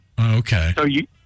okay